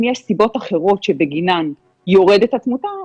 אם יש סיבות אחרות שבגינן יורדת התמותה,